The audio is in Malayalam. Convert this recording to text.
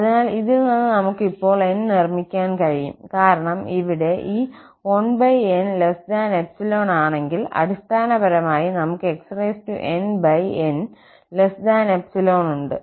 അതിനാൽ ഇതിൽ നിന്ന് നമുക്ക് ഇപ്പോൾ 𝑁 നിർമ്മിക്കാൻ കഴിയും കാരണം ഇവിടെ ഈ 1n∈ ആണെങ്കിൽ അടിസ്ഥാനപരമായി നമുക്ക് xnn∈ ഉണ്ട്